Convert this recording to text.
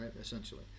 essentially